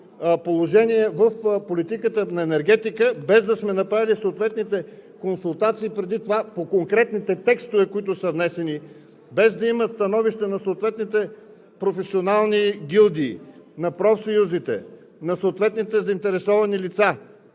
положения в политиката на енергетиката, без да сме направили съответните консултации преди това по конкретните текстове, които са внесени, без да има становище на съответните професионални гилдии, на профсъюзите, на заинтересованите лица,